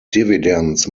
dividends